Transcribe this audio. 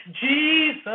Jesus